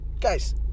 Guys